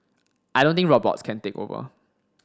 I don't think robots can take over